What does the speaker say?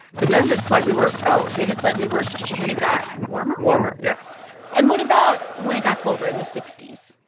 the men did slightly worse oh, they did slightly worse when it got warmer? warmer, yes and what about when it got colder, in the sixty s?